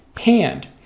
hand